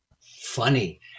Funny